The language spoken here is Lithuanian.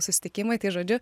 susitikimai tai žodžiu